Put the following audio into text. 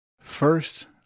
First